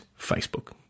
Facebook